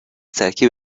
ترکیب